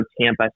Tampa